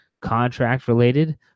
contract-related